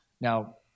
Now